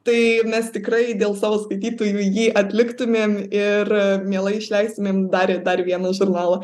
tai mes tikrai dėl savo skaitytojų jį atliktumėm ir mielai išleistumėm dar ir dar vieną žurnalą